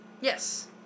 Yes